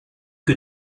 que